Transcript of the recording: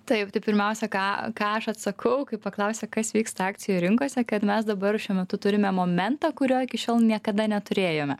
taip tai pirmiausia ką ką aš atsakau kai paklausia kas vyksta akcijų rinkose kad mes dabar šiuo metu turime momentą kurio iki šiol niekada neturėjome